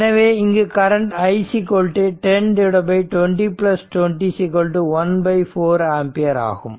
எனவே இங்கு current i 10 2020 1 4 ampere ஆகும்